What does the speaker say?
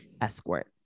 escort